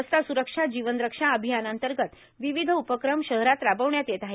रस्ता सुरक्षा जीवन रक्षा अभियानांतर्गत विविध उपक्रम शहरात राबविण्यात येत आहेत